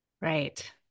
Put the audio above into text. Right